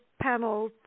panel